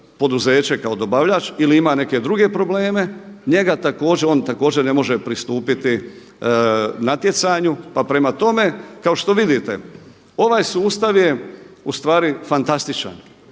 poduzeće kao dobavljač ili ima neke druge probleme njega, on također ne može pristupiti natjecanju. Pa prema tome, kao što vidite ovaj sustav je ustvari fantastičan.